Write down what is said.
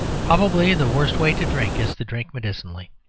probably the worst way to drink is to drink medicinally.